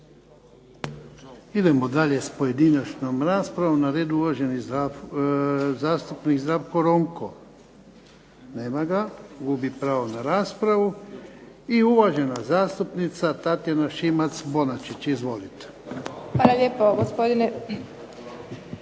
Idemo dalje sa pojedinačnom raspravom. Na redu je uvaženi zastupnik Zdravko Ronko. Nema ga, gubi pravo na raspravu. I uvažena zastupnica Tatjana Šimac-Bonačić. Izvolite. **Šimac Bonačić,